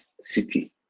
city